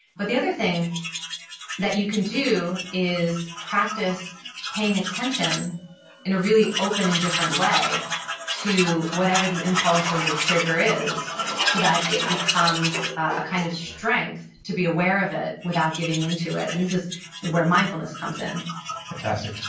but the other thing that you can do is practice paying attention in a really open and different way to whatever the impulse or the trigger is so that it becomes a kind of strength to be aware of it without giving into it. and this is where mindfulness comes in fantastic.